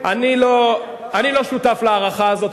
אני לא שותף להערכה הזאת,